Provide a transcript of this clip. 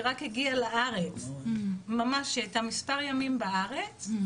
היא רק הגיעה לארץ מספר ימים קודם,